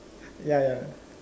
ya ya ya